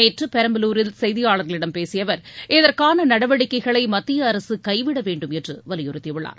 நேற்றுபெரம்பலுாரில் செய்தியாளரக்ளிடம் பேசியஅவர் இதற்கானநடவடிக்கைகளைமத்தியஅரசுகைவிடவேண்டும் என்றுவலியுறுத்திஉள்ளார்